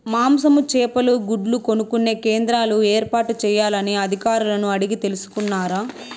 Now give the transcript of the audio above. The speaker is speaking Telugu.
మాంసము, చేపలు, గుడ్లు కొనుక్కొనే కేంద్రాలు ఏర్పాటు చేయాలని అధికారులను అడిగి తెలుసుకున్నారా?